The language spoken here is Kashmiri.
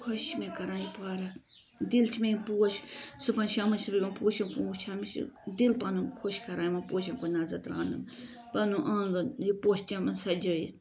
خۄش چھےٚ مےٚ کَران یہِ پارک دِل چھِ مےٚ یِم پوش صبحن شامن چھس بہٕ یِمن پوشن کُن وٕچھان مےٚ چھُ دِل پَنُن خۄش کَران یِمن پوشن کُن نظر ترٛاونہٕ پَنُن آنگُن یہِ پوشہِ چمَن سجٲوِتھ